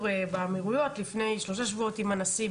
באמירויות לפני שלושה שבועות עם הנשיא.